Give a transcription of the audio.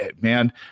man